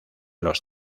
los